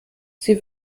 sie